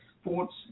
sports